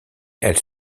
elle